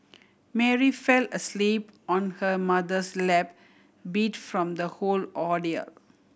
Mary fell asleep on her mother's lap beat from the whole ordeal